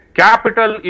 capital